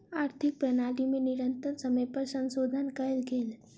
आर्थिक प्रणाली में निरंतर समय पर संशोधन कयल गेल